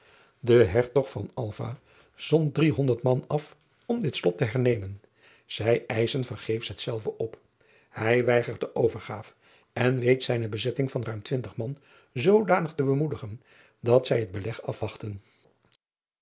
e ertog zond driehonderd man af om dit lot te hernemen ij eischen vergeefs hetzelve op ij weigert de overgaaf en weet zijne bezetting van ruim twintig man zoodanig te bemoedigen dat zij het beleg afwachten